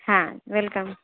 હા વેલકમ